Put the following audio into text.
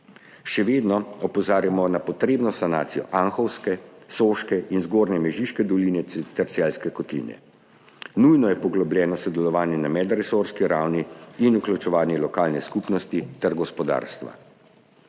Še vedno opozarjamo na potrebno sanacijo Anhovske, Soške in Zgornje Mežiške doline ter Celjske kotline. Nujno je poglobljeno sodelovanje na medresorski ravni in vključevanje lokalne skupnosti ter gospodarstva.